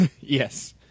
Yes